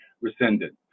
rescinded